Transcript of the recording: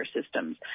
systems